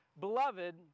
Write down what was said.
beloved